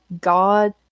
god